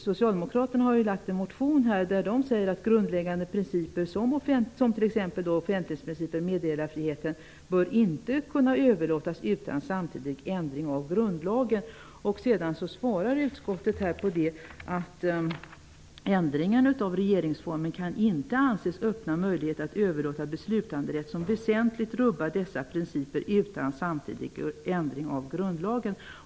Socialdemokraterna har lagt fram en motion där det sägs att beslutanderätten över grundläggande principer såsom offentlighetsprincipen och meddelarfriheten inte bör kunna överlåtas utan samtidig ändring av grundlagen. Utskottet svarar att ändringen av regeringsformen inte kan anses öppna möjlighet att överlåta beslutanderätt som väsentligt rubbar dessa principer utan samtidig ändring av grundlagen.